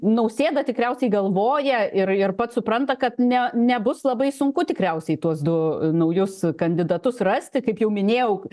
nausėda tikriausiai galvoja ir ir pats supranta kad ne nebus labai sunku tikriausiai tuos du naujus kandidatus rasti kaip jau minėjau